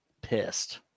pissed